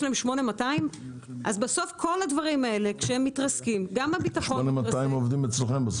8200. בסוף יוצאי 8220 עובדים אצלכם,